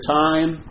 time